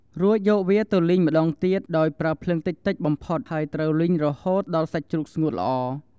រួចយកវាទៅលីងម្ដងទៀតដោយប្រើភ្លើងតិចៗបំផុតហើយត្រូវលីងរហូតដល់សាច់ស្ងួតល្អ។